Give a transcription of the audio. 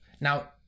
Now